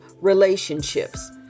relationships